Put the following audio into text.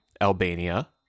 albania